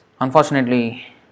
unfortunately